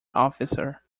officer